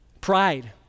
pride